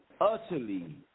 utterly